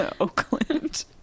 Oakland